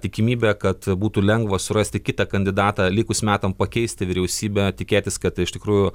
tikimybė kad būtų lengva surasti kitą kandidatą likus metam pakeisti vyriausybę tikėtis kad iš tikrųjų